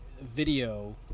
video